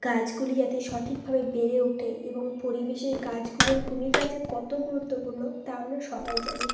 গাছগুলি যাতে সঠিকভাবে বেড়ে উঠে এবং পরিবেশে এই গাছগুলোর ভূমিকা যে কত গুরুত্বপূর্ণ তা আমরা সবাই জানি